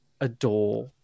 adore